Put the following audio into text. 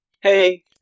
Hey